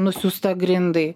nusiųsta grindai